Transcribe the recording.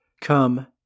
come